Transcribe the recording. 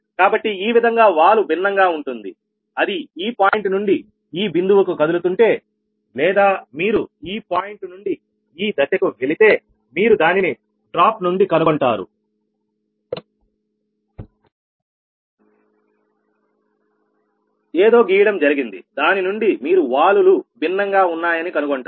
కాబట్టి ఈ విధంగా వాలు భిన్నంగా ఉంటుంది అది ఈ పాయింట్ నుండి ఈ బిందువుకు కదులుతుంటే లేదా మీరు ఈ పాయింట్ నుండి ఈ దశకు వెళితే మీరు దానిని డ్రాప్ నుండి కనుగొంటారు ఏదో గీయడం జరిగింది దాని నుండి మీరు వాలు లు భిన్నంగా ఉన్నాయని కనుగొంటారు